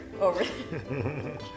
over